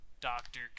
Doctor